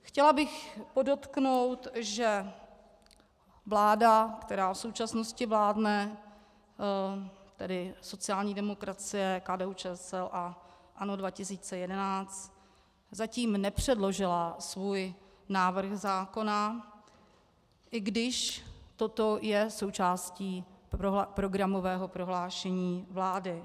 Chtěla bych podotknout, že vláda, která v současnosti vládne, tedy sociální demokracie, KDUČSL a ANO 2011, zatím nepředložila svůj návrh zákona, i když toto je součástí programového prohlášení vlády.